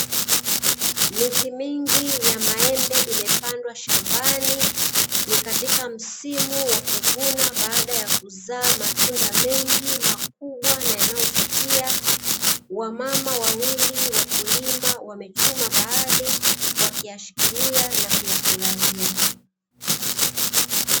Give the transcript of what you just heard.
Miti mingi ya maembe imepandwa shambani ni katika msimu wa kuvuna baada ya kuzaa matunda mengi makubwa na yanayovutia. Wamama wawili wakulima wamechuma baadhi wakiyashikilia na kuyafurahia.